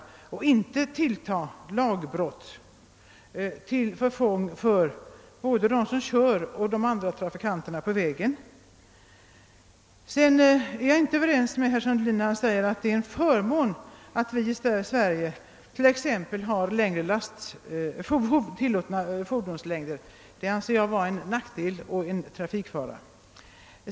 Man skall inte i stället tvingas till lagbrott till förfång både för dem som kör bilarna och för andra trafikanter på vägarna. Jag är inte överens med herr Sundelin när han säger att det är en förmån att vi här i Sverige har större tillåtna fordonslängder än andra länder — det anser jag vara en nackdel och en trafikfara.